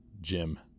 Jim